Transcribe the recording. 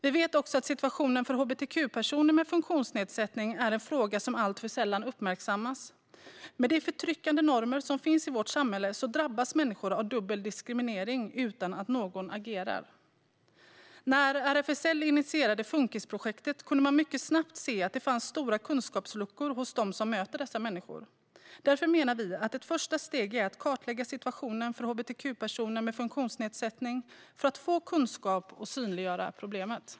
Vi vet också att situationen för hbtq-personer med funktionsnedsättning är en fråga som alltför sällan uppmärksammas. Med de förtryckande normer som finns i vårt samhälle drabbas människor av dubbel diskriminering utan att någon agerar. När RFSL initierade Funkisprojektet kunde man mycket snabbt se att det fanns stora kunskapsluckor hos dem som möter dessa människor. Därför menar vi att ett första steg är att kartlägga situationen för hbtq-personer med funktionsnedsättning för att få kunskap och synliggöra problemet.